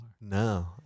No